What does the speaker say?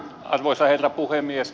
arvoisa herra puhemies